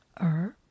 herb